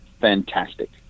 fantastic